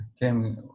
came